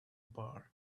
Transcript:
bar